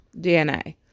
DNA